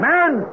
Man